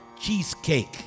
cheesecake